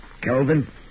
Kelvin